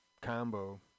combo